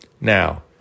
Now